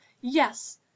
yes